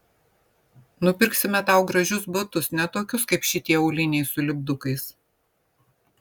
nupirksime tau gražius batus ne tokius kaip šitie auliniai su lipdukais